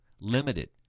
limited